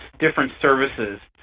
different services.